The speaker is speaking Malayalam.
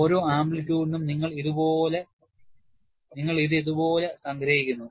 ഓരോ ആംപ്ലിറ്റ്യൂഡിനും നിങ്ങൾ ഇത് ഇതുപോലെ സംഗ്രഹിക്കുന്നു